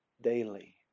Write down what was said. daily